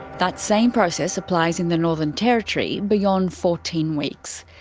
that same process applies in the northern territory beyond fourteen weeks.